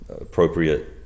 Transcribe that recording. appropriate